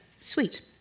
sweet